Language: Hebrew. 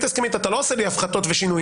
הסכמית אתה לא עושה לי הפחתות ושינויים,